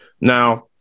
Now